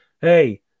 Hey